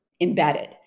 embedded